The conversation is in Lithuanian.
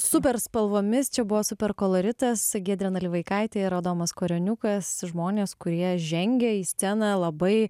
super spalvomis čia buvo super koloritas giedrė nalivaikaitė ir adomas koreniukas žmonės kurie žengia į sceną labai